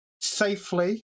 safely